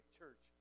church